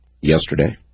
yesterday